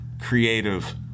creative